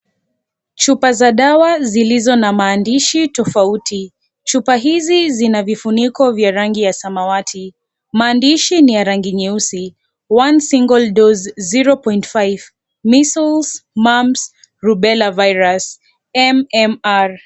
Chupa za dawa zilizo na maandishi tofauti .Chupa hizi zina vifuniko vya rangi ya samawati. Maandishi ni ya rangi nyeusi. One single dose 0.5 Measles, mumps, rubella virus